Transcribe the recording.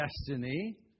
destiny